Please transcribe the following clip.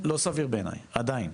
לא סביר בעיניי, עדיין.